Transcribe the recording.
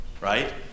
Right